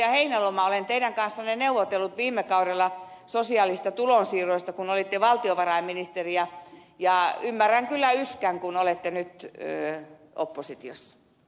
heinäluoma olen teidän kanssanne neuvotellut viime kaudella sosiaalisista tulonsiirroista kun olitte valtiovarainministeri ja ymmärrän kyllä yskän kun olette nyt oppositiossa